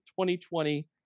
2020